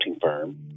firm